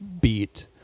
beat